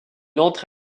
entre